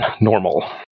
Normal